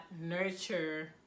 nurture